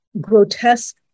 grotesque